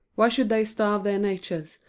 why should they starve their natures,